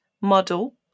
model